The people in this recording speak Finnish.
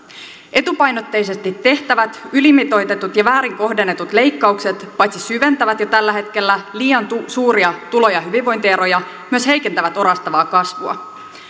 etupainotteisesti tehtävät ylimitoitetut ja väärin kohdennetut leikkaukset paitsi syventävät jo tällä hetkellä liian suuria tulo ja hyvinvointieroja myös heikentävät orastavaa kasvua